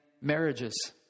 marriages